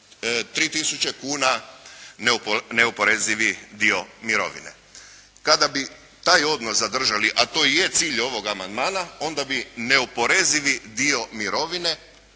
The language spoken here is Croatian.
kune neoporezivi dio mirovine. Kada bi taj odnos zadržali, a to i je cilj ovoga amandmana onda bi neoporezivi dio mirovine